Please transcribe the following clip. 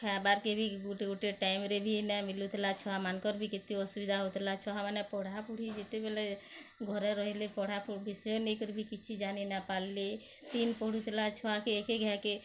ଖାଇବାର କେ ବି ଗୋଟେ ଗୋଟେ ଟାଇମ୍ରେ ବି ନାଇଁ ମିଲୁଥିଲା ଛୁଆମାନଙ୍କର ବି କେତେ ଅସୁବିଧା ହେଉଥିଲା ଛୁଆମାନେ ପଢ଼ାପଢ଼ି ଯେତେବେଲେ ଘରେ ରହିଲେ ବିଷୟ ନେଇକରି ବି କିଛି ଯାନି ନାଇଁ ପାରିଲେ ତିନି ପଢ଼ୁଥିଲା